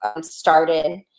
started